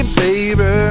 baby